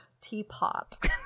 teapot